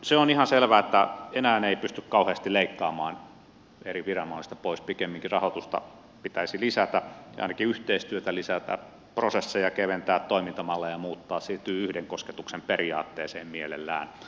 se on ihan selvää että enää ei pysty kauheasti leikkaamaan eri viranomaisilta pois pikemminkin rahoitusta pitäisi lisätä ja ainakin yhteistyötä lisätä prosesseja keventää toimintamalleja muuttaa siirtyä yhden kosketuksen periaatteeseen mielellään